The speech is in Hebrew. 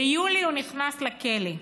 ביולי הוא נכנס לכלא.